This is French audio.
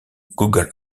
google